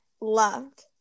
loved